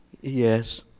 yes